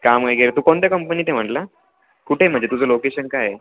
काम वगैरे तू कोणत्या कंपनीत आहे म्हटला कुठे म्हणजे तुझं लोकेशन काय आहे